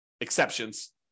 exceptions